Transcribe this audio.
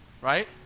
Right